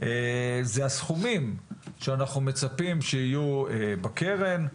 זה הסכומים שאנו מצפים שיהיו בקרן.